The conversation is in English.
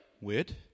Weird